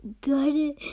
good